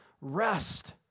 rest